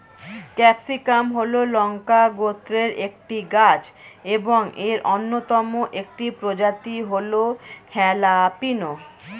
capsicum হল লঙ্কা গোত্রের একটি গাছ এবং এর অন্যতম একটি প্রজাতি হল হ্যালাপিনো